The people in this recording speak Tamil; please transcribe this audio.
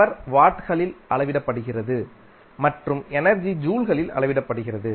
பவர் வாட்களில் அளவிடப்படுகிறது மற்றும் எனர்ஜி ஜூல்களில் அளவிடப்படுகிறது